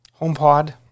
HomePod